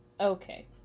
Okay